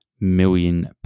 million